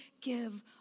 give